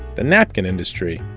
the napkin industry,